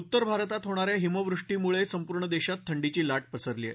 उत्तर भारतात होणाऱ्या हिम वृष्टीमुळे संपूर्ण देशात थंडीची लाट पसरली आहे